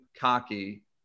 cocky